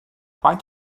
faint